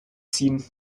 ziehen